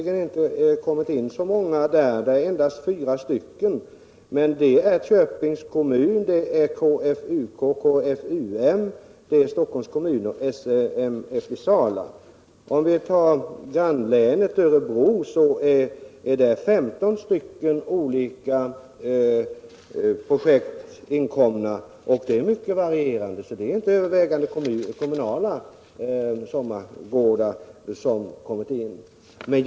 Där har inte kommit in så många anmälningar, endast fyra: Köpings kommun, KFUK-KFUM, Stockholms kommun och SMF i Sala. I grannlänet, Örebro län, är femton olika projekt inkomna. Objekten är mycket varierande; det är alltså inte övervägande kommunala sommargårdar som har anmälts.